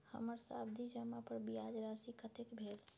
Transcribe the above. हमर सावधि जमा पर ब्याज राशि कतेक भेल?